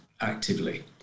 actively